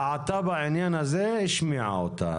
דעתה בעניין הזה, היא השמיעה אותה.